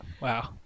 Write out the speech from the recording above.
Wow